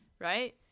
right